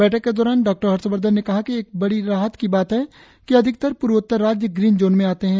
बैठक के दौरान डॉ हर्षवर्धन ने कहा कि यह बड़ी राहत की बात है कि अधिकतर पूर्वोत्तर राज्य ग्रीन जोन में आते हैं